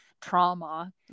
trauma